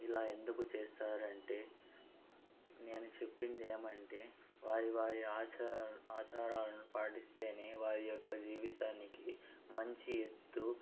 ఇలా ఎందుకు చేస్తారంటే నేను చెప్పింది ఏమంటే వారి వారి ఆచారాల ఆచారాలను పాటిస్తేనే వారి యొక్క జీవితానికి మంచి ఎత్తు